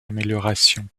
améliorations